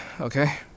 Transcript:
okay